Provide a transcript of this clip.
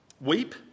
Weep